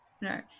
no